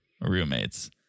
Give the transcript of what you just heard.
roommates